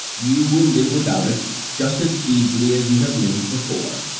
you will live without it just as easily as you have lived before.